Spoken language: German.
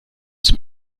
zum